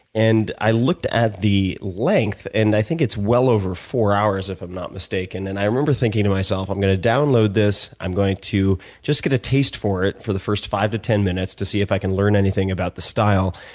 and i looked at the length, and i think it's well over four hours, if i'm not mistaken. and i remember thinking to myself, i'm going to download this. i'm going to just get a taste for it for the first five to ten minutes to see if i can learn anything about the style,